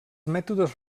mètodes